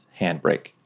handbrake